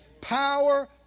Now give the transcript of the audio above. Power